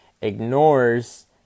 ignores